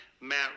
Matt